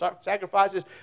Sacrifices